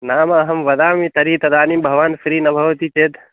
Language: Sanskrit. नाम अहं वदामि तर्हि तदानीं भवान् फ़्री न भवति चेत्